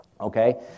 okay